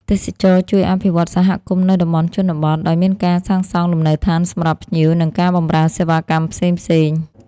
ទេសចរណ៍ជួយអភិវឌ្ឍសហគមន៍នៅតំបន់ជនបទ ដោយមានការសាងសង់លំនៅដ្ឋានសម្រាប់ភ្ញៀវ និងការបម្រើសេវាកម្មផ្សងៗ។